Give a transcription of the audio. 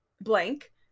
blank